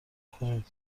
کنید